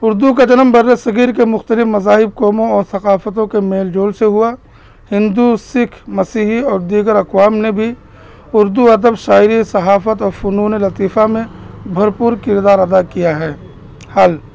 اردو کا جنم بر صغیر کے مختلف مذاہب قوموں اور ثقافتوں کے میل جول سے ہوا ہندو سکھ مسیحی اور دیگر اقوام نے بھی اردو ادب شاعری صحافت اور فنون لطیفہ میں بھرپور کردار ادا کیا ہے حل